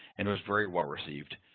and it was very well received.